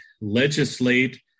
legislate